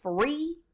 free